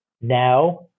now